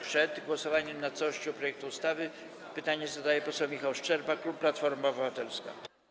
Przed głosowaniem nad całością projektu ustawy pytanie zadaje poseł Michał Szczerba, klub Platforma Obywatelska.